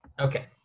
Okay